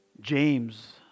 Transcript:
James